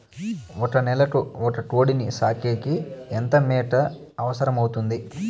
ఒక నెలకు ఒక కోడిని సాకేకి ఎంత మేత అవసరమవుతుంది?